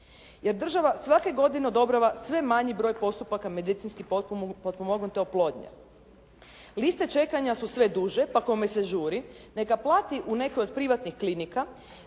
Jer država svake godine odobrava sve manji broj postupaka medicinski potpomognute oplodnje. Liste čekanja su sve duže pa kome se žuri neka plati u nekoj od privatnih klinika